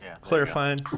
clarifying